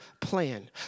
plan